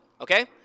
Okay